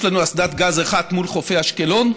יש לנו אסדת גז מול חופי אשקלון,